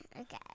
Okay